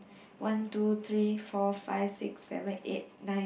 one two three four five six seven eight nine